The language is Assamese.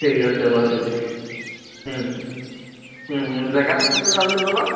ঠিক আছে বাৰু তেতিয়া জেগাটো কোন জেগা বুলি ক'লা